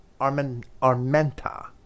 Armenta